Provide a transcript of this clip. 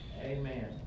amen